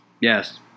Yes